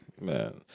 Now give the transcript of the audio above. man